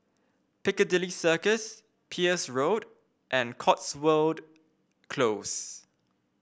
Piccadilly Circus Peirce Road and Cotswold Close